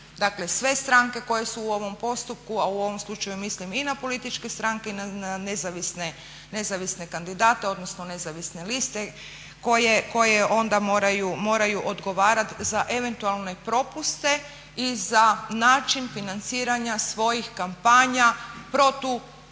dakle sve stranke koje su u ovom postupku, a u ovom slučaju mislim i na političke stranke i na nezavisne kandidate, odnosno nezavisne liste koje onda moraju odgovarati za eventualne propuste i za način financiranja svojih kampanja protuzakonito